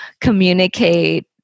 communicate